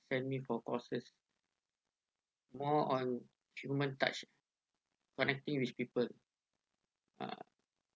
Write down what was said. send me for courses more on human touch connecting with people ah